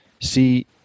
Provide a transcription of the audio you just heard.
See